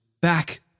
back